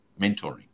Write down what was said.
mentoring